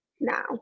now